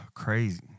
Crazy